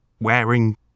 wearing